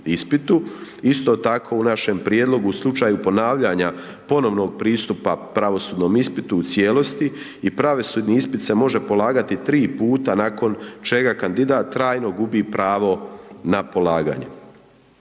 Isto tako i našem prijedlogu u slučaju ponavljanja ponovnog pristupa pravosudnom ispitu u cijelosti i pravosudni ispit se može polagati 3 puta nakon čega kandidat trajno gubi pravo na polaganje.